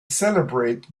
celebrate